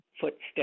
footsteps